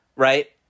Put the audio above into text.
right